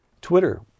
Twitter